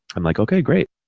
i'm like, okay, great.